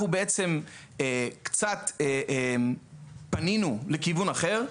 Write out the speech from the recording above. אנחנו קצת פנינו לכיוון אחר,